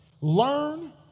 Learn